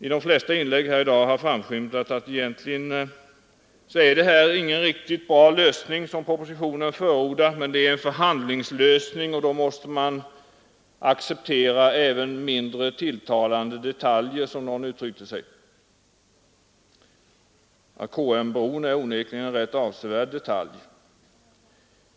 I de flesta inlägg här i dag har framskymtat att det egentligen inte är någon riktigt bra lösning som förordas i propositionen, men att det är en förhandlingslösning där man måste acceptera även mindre tilltalande detaljer, som någon uttryckte sig. KM-bron är onekligen en rätt avsevärd detalj.